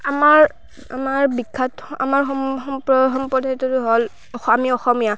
আমাৰ আমাৰ বিখ্যাত আমাৰ সম সম্প সম্প্ৰদায়টোৰ হ'ল আমি অসমীয়া